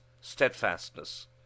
steadfastness